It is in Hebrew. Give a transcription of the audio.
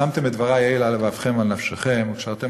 ושמתי את דברי אלה על לבבכם ועל נפשכם וקשרתם